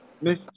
Miss